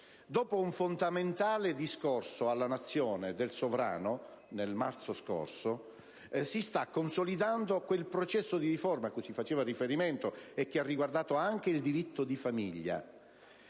Dopo un fondamentale discorso del Sovrano alla Nazione, nel marzo scorso, si sta consolidando quel processo di riforma cui si faceva riferimento e che ha riguardato anche il diritto di famiglia